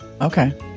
okay